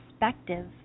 perspective